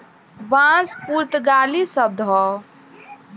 बांस पुर्तगाली शब्द हौ